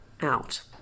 out